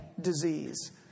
disease